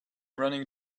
running